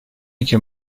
iki